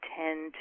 tend